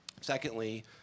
Secondly